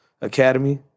Academy